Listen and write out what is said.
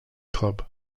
club